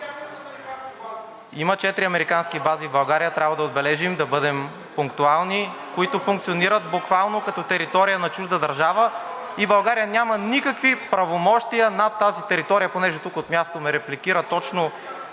Има четири американски бази в България, трябва да отбележим, да бъдем пунктуални, които функционират буквално като територия на чужда държава и България няма никакви правомощия на тази територия, понеже тук от място ме репликира точно